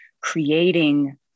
creating